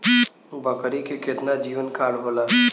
बकरी के केतना जीवन काल होला?